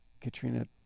Katrina